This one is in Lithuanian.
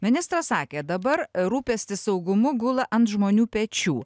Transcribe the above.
ministras sakė dabar rūpestis saugumu gula ant žmonių pečių